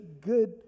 good